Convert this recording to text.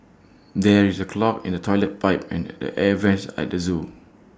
there is A clog in the Toilet Pipe and the air Vents at the Zoo